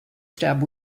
stab